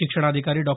शिक्षणाधिकारी डॉ